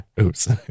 Oops